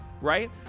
right